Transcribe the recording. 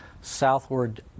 southward